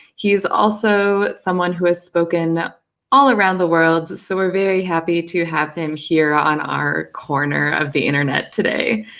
he is also someone who has spoken all around the world, so we are very happy to have him here on our corner of the internet today.